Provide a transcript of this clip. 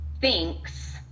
thinks